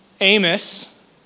Amos